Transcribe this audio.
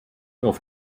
auf